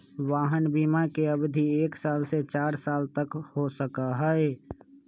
वाहन बिमा के अवधि एक साल से चार साल तक के हो सका हई